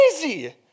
crazy